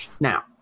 Now